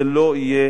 זה לא יהיה